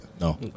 No